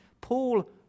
Paul